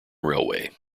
railway